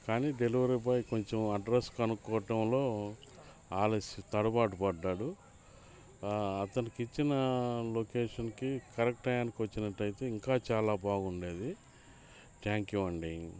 కానీ delivery boy కొంచెం address కనుక్కోటంలో ఆలస్యం తడబాటుపడ్డాడు అతనికి ఇచ్చిన లొకేషన్కి కరెక్ట్ టైంకి వచ్చినట్టయితే ఇంకా చాలా బాగుండేది థాంక్ యు అండి